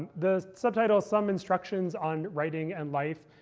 the subtitle, some instructions on writing and life,